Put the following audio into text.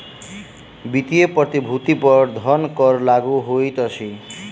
वित्तीय प्रतिभूति पर धन कर लागू होइत अछि